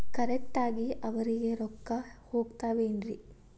Correct ಆಗಿ ಅವರಿಗೆ ರೊಕ್ಕ ಹೋಗ್ತಾವೇನ್ರಿ?